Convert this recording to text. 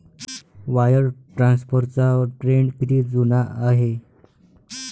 Wire ट्रान्सफरचा trend किती जुना आहे?